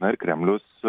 na ir kremlius